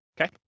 okay